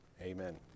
amen